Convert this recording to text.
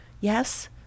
Yes